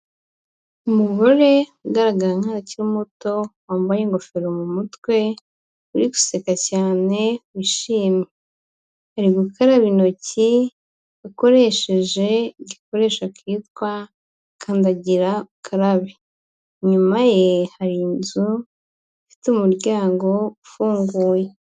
Umugore ugaragara nk'aho akiri muto wambaye ingofero mu mutwe uri guseka cyane wishimye, ari gukaraba intoki akoresheje igikoresho kitwa kandagira ukarabe , inyuma ye hari inzu ifite umuryango ufunguye.